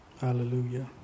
hallelujah